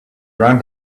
ran